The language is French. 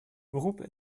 groupe